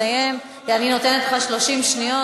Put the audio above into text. אני מבקשת לסיים, אני נותנת לך 30 שניות.